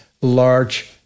large